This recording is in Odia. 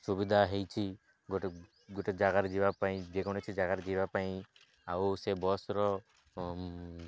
ସୁବିଧା ହୋଇଛି ଗୋଟେ ଗୋଟେ ଜାଗାରେ ଯିବା ପାଇଁ ଯେକୌଣସି ଜାଗାରେ ଯିବା ପାଇଁ ଆଉ ସେ ବସ୍ର